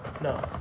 No